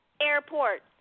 airport